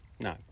No